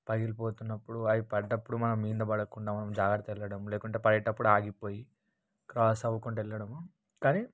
పగిలిపోతున్నప్పుడు అవి పడ్డప్పుడు మనం మీద పడకుండా మనం జాగ్రత్త వెళ్ళడం లేకుంటే పడేటప్పుడు ఆగిపోయి క్రాస్ అవ్వకుండా వెళ్ళడం కానీ